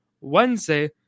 Wednesday